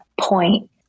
point